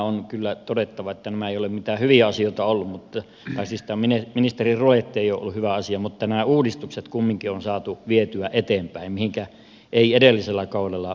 on kyllä todettava että tämä ministeriruletti ei ole mitään hyviä asioita ollu mutta naisista mene ministeriruletti ollut hyvä asia mutta nämä uudistukset kumminkin on saatu vietyä eteenpäin mihinkä ei edellisellä kaudella pystytty